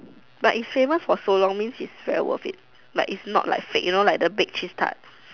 but is famous for so long means it's very worth it like it's not like fake you know like the baked cheese tarts